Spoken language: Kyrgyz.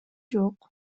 жок